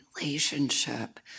relationship